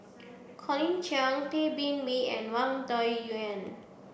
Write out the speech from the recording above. Colin Cheong Tay Bin Wee and Wang Dayuan